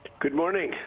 good morning.